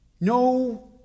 No